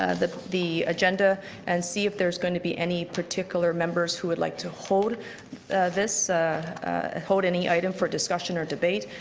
and the the agenda and see if there's going to be any particular members who would like to hold this hold any item for discussion or debate.